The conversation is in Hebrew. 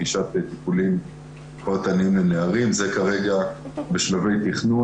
זה כרגע בשלבי תכנון.